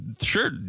Sure